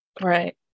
Right